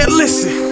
listen